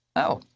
oh.